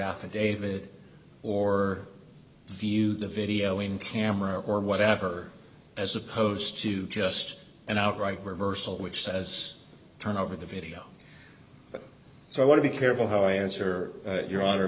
affidavit or view the video in camera or whatever as opposed to just an outright reversal which says turn over the video so i want to be careful how i answer your honor